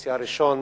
האופוזיציה הראשון